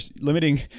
limiting